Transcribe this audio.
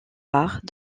part